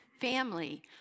family